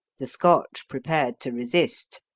the scotch prepared to resist.